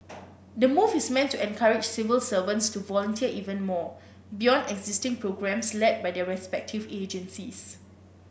the move is meant to encourage civil servants to volunteer even more beyond existing programmes led by their respective agencies